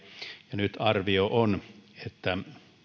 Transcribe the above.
ja nyt arvio on että